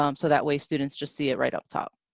um so that way students just see it right up top.